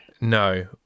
No